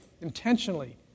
intentionally